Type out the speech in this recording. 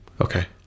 Okay